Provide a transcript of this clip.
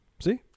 See